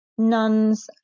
Nuns